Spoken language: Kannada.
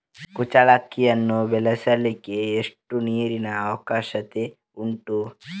ಕುಚ್ಚಲಕ್ಕಿಯನ್ನು ಬೆಳೆಸಲಿಕ್ಕೆ ಎಷ್ಟು ನೀರಿನ ಅವಶ್ಯಕತೆ ಉಂಟು?